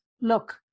look